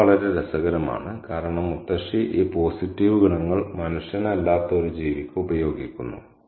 അത് വളരെ രസകരമാണ് കാരണം മുത്തശ്ശി ഈ പോസിറ്റീവ് ഗുണങ്ങൾ മനുഷ്യനല്ലാത്ത ഒരു ജീവിക്ക് ഉപയോഗിക്കുന്നു